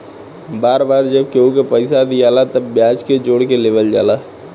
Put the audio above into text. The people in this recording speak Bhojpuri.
बार बार जब केहू के पइसा दियाला तब ब्याज के जोड़ के लेवल जाला